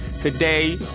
Today